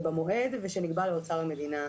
מועד, ושנקבע לאוצר המדינה.